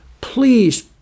please